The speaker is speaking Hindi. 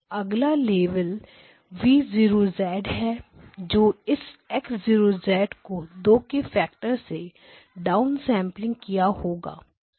अगला लेवल V 0 है जो इस X 0 को दो के फ़ैक्टर से डाउनसेंपलिंग किया हुआ है